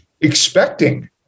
expecting